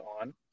on